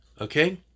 Okay